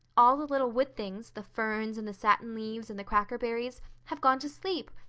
all the little wood things the ferns and the satin leaves and the crackerberries have gone to sleep,